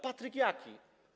Patryk Jaki.